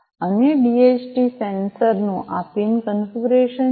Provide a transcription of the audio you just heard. અને આ DHT sensor નું આ પિન કન્ફિગરેશન છે